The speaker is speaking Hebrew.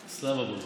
טוב.